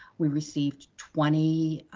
we received twenty,